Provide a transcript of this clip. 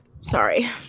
Sorry